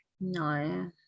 No